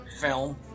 film